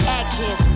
active